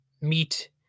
meet